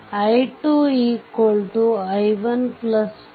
i2 i1 5